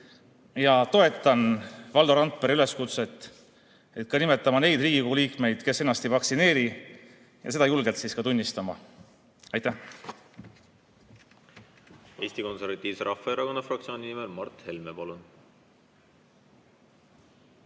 Toetan Valdo Randpere üleskutset ja võiks nimetada neid Riigikogu liikmeid, kes ennast ei vaktsineeri, ja seda julgelt ka tunnistada. Aitäh!